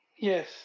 Yes